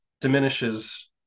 diminishes